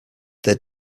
their